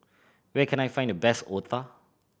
where can I find the best otah